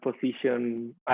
position